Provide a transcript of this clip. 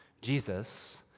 Jesus